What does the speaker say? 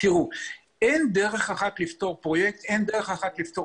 איך דרך אחת לפתור